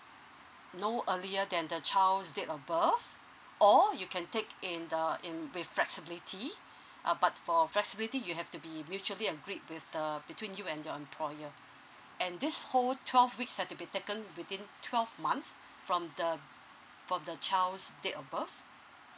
no earlier than the child's date of birth or you can take in the in with flexibility uh but for flexibility you have to be mutually agreed with uh between you and your employer and this whole twelve weeks have to be taken within twelve months from the from the child's date of birth